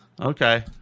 Okay